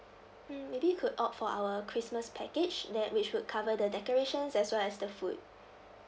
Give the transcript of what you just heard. mm maybe you could opt for our christmas package that which would cover the decorations as well as the food